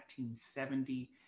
1970